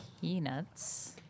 Peanuts